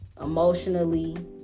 emotionally